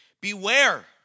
Beware